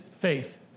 faith